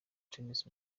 tennis